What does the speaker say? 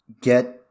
get